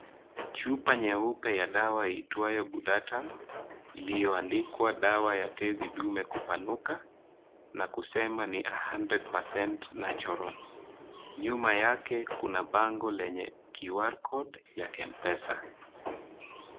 Chupa nyeupe ya dawa iitwayo Ghudatun iliyoandikwa dawa ya tezi dume kupanuka na kusema ni a hundred percent natural . Nyuma yake kuna bango lenye QR code ya mpesa.